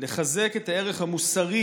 לחזק את הערך המוסרי,